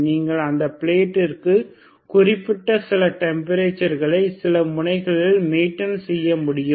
நீங்கள் அந்தப் பிளேட்டிற்க்கு குறிப்பிட்ட சில டெம்பரேச்சர்களை சில முனைகளில் மெய்ன்டெய்ன் செய்யமுடியும்